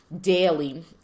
daily